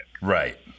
Right